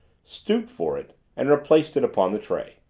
stooped for it, and replaced it upon the tray.